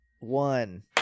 one